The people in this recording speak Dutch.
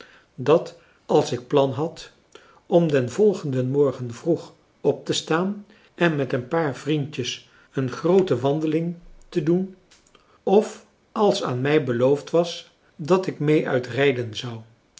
dat als ik plan had om den volgenden morgen vroeg op te staan en met een paar vriendjes een groote wandeling te doen of als aan mij beloofd was dat ik mee uit rijden zou